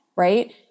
Right